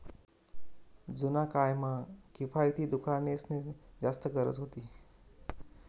जुना काय म्हा किफायती दुकानेंसनी जास्ती गरज व्हती